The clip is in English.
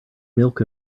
milk